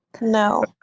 No